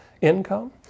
income